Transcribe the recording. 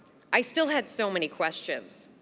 i still had so many questions.